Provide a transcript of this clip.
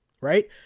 right